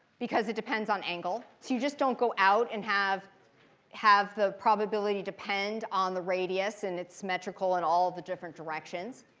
because it depends on angle. so you just don't go out and have have the probability depend on the radius and it's symmetrical in all the different directions.